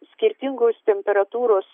skirtingos temperatūros